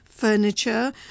Furniture